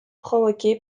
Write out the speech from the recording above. provoqué